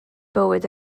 bywyd